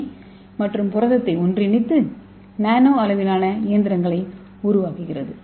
ஏ மற்றும் புரதத்தை ஒன்றிணைத்து நானோ அளவிலான இயந்திரங்களை உருவாக்குகிறது